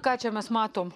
ką čia mes matom